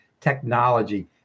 technology